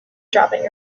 dropping